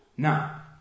Now